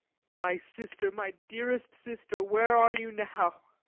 my sister, my dearest sister, where are you now? ah,